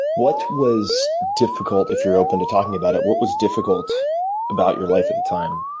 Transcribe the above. what was difficult if you're open to talking about it what was difficult about your life at the time?